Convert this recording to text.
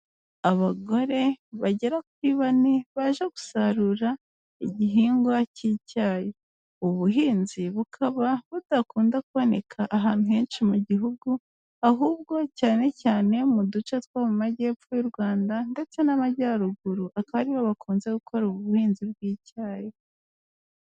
Abagore bagera kuri bane baje gusarura igihingwa cy'icyayi, ubuhinzi bukaba budakunda kuboneka ahantu henshi mu gihugu ahubwo cyane cyane mu duce two mu majyepfo y'u Rwanda ndetse n'amajyaruguru, akaba aribo bakunze gukora ubuhinzi bw'icyayi.